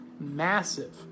massive